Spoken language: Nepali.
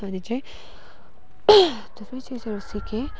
अनि चाहिँ थुप्रै चिजहरू सिकेँ